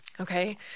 Okay